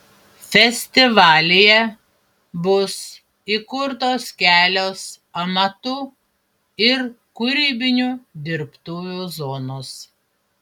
festivalyje bus įkurtos kelios amatų ir kūrybinių dirbtuvių zonos